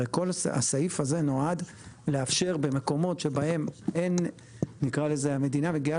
הרי הסעיף הזה נועד לאפשר במקומות שבהם המדינה מגיעה